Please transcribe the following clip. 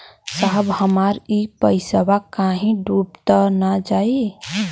साहब हमार इ पइसवा कहि डूब त ना जाई न?